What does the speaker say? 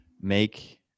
Make